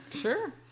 Sure